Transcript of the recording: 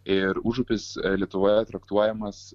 ir užupis lietuvoje traktuojamas